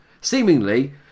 Seemingly